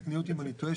תקני אותי אם אני טועה,